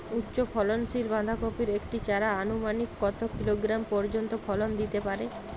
উচ্চ ফলনশীল বাঁধাকপির একটি চারা আনুমানিক কত কিলোগ্রাম পর্যন্ত ফলন দিতে পারে?